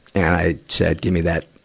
and i said, give me that,